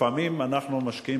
לפעמים אנחנו משקיעים,